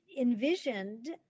envisioned